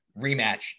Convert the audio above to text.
Rematch